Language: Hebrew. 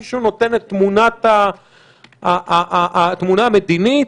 מישהו נותן את התמונה המדינית?